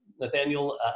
Nathaniel